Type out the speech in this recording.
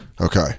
Okay